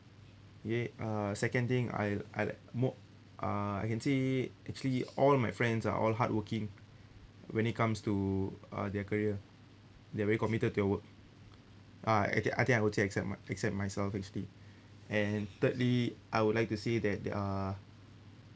okay uh second thing I I mo~ uh I can say actually all of my friends are all hardworking when it comes to uh their career they very committed to their work uh I th~ I think I would say except except myself actually and thirdly I would like to say that uh